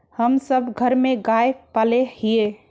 हम सब घर में गाय पाले हिये?